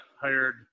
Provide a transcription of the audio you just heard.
hired